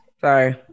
Sorry